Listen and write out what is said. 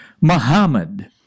Muhammad